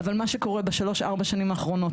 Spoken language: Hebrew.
אבל מה שקורה בשלוש ארבע שנים האחרונות,